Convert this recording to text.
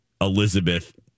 Elizabeth